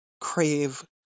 crave